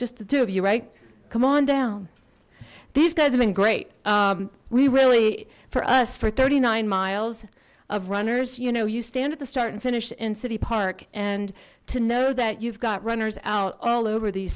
the two of you right come on down these guys have been great we really for us for thirty nine miles of runners you know you stand at the start and finish in city park and to know that you've got runners out all over the